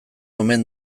omen